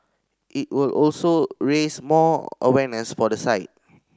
it will also raise more awareness for the site